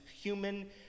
human